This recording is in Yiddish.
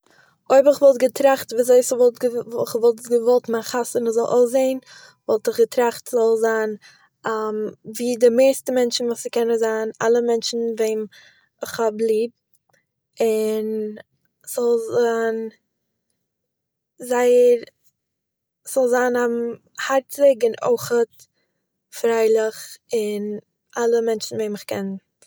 אויב איך וואלט געטראכט וויזוי ס'וואלט כ'וואלט געוואלט מיין חתונה זאל אויסזעהן, וואלט איך געטראכט ס'זאל זיין ווי די מערסטע מענטשען וואס ס'קען נאר זיין, אלע מענטשען וועם איך האב ליב און... ס'זאל זיין... זייער.. ס'זאל זיין הארציג און אויכעט פרייליך, און אלע מענטשען וועם איך קען זאלן קומען.